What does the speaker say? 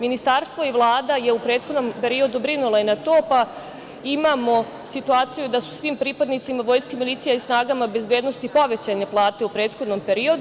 Ministarstvo i Vlada je u prethodnom periodu brinulo o tom, pa imamo situaciju da su svim pripadnicima vojske, milicije i snagama bezbednosti povećane plate u prethodnom periodu.